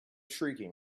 shrieking